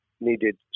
needed